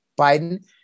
Biden